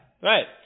right